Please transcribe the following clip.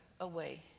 away